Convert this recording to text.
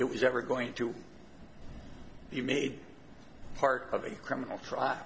it was ever going to be made part of a criminal trial